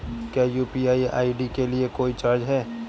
क्या UPI ID के लिए कोई चार्ज है?